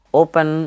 open